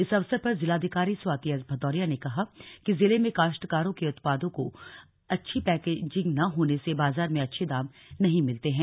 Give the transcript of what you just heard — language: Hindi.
इस अवसर पर जिलाधिकारी स्वाति एस भदौरिया ने कहा कि जिले में काश्तकारों के उत्पादों को अच्छी पैकेजिंग न होने से बाजार में अच्छे दाम नहीं मिलते हैं